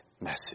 message